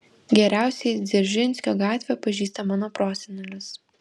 geriausiai dzeržinskio gatvę pažįsta mano prosenelis